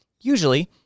Usually